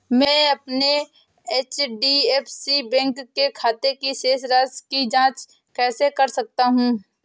मैं अपने HDFC bank के खाते की शेष राशि की जाँच कैसे कर सकता हूँ?